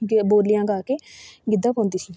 ਜੋ ਬੋਲੀਆਂ ਗਾ ਕੇ ਗਿੱਧਾ ਪਾਉਂਦੀ ਸੀ